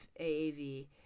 AAV